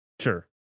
Sure